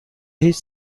هیچ